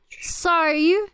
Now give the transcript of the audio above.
Sorry